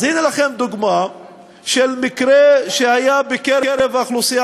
אז הנה לכם דוגמה של מקרה שהיה בקרב האוכלוסייה